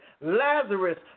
Lazarus